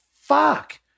fuck